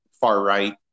far-right